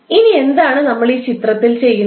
ഇനിയെന്താണ് നമ്മൾ ഈ ചിത്രത്തിൽ ചെയ്യുന്നത്